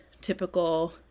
typical